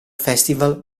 festival